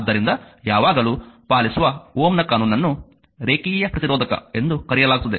ಆದ್ದರಿಂದ ಯಾವಾಗಲೂ ಪಾಲಿಸುವ Ω ಕಾನೂನನ್ನು ರೇಖೀಯ ಪ್ರತಿರೋಧಕ ಎಂದು ಕರೆಯಲಾಗುತ್ತದೆ